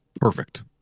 Perfect